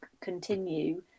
continue